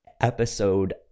episode